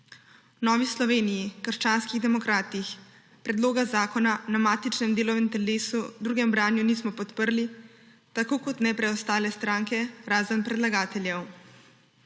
Novi Sloveniji – krščanskih demokratih predloga zakona na matičnem delovnem telesu v drugem branju nismo podprli, tako kot ne preostale stranke; razen predlagateljev.